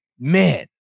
man